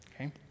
okay